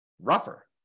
rougher